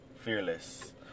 Fearless